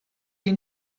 den